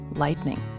lightning